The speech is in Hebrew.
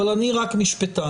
אבל אני רק משפטן.